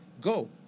Go